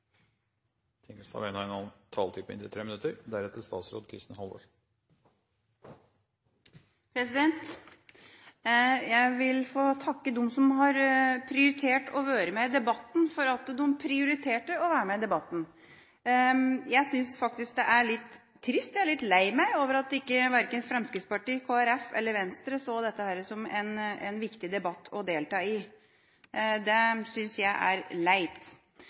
på. Jeg vil takke dem som har vært med i debatten, for at de prioriterte å være med i debatten. Jeg synes faktisk det er litt trist – jeg er litt lei meg for – at verken Fremskrittspartiet, Kristelig Folkeparti eller Venstre ser på dette som en viktig debatt å delta i. Det synes jeg er leit.